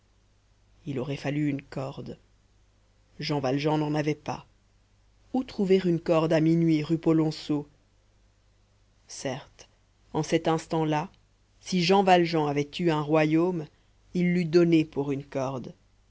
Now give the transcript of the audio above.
il aurait fallu une corde jean valjean n'en avait pas où trouver une corde à minuit rue polonceau certes en cet instant-là si jean valjean avait eu un royaume il l'eût donné pour une corde